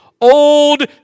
old